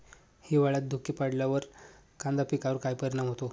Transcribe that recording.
हिवाळ्यात धुके पडल्यावर कांदा पिकावर काय परिणाम होतो?